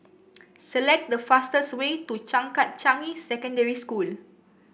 select the fastest way to Changkat Changi Secondary School